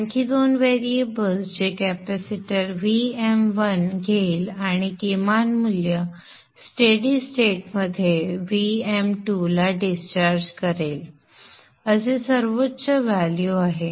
आणखी दोन व्हेरिएबल्स जे कॅपॅसिटर Vm1 घेईल आणि किमान मूल्य स्थिर स्थितीत Vm2 ला डिस्चार्ज करेल असे सर्वोच्च मूल्य आहे